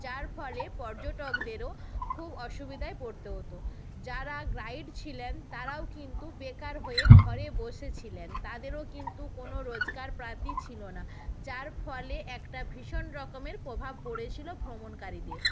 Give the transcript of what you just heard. যার ফলে পর্যটকদেরও খুব অসুবিধায় পড়তে হতো যারা গাইড ছিলেন তারাও কিন্তু বেকার হয়ে ঘরে বসে ছিলেন তাদেরও কিন্তু কোনো রোজকার প্রাতি ছিলো না যার ফলে একটা ভীষণ রকমের প্রভাব পড়েছিলো ভ্রমণকারীদের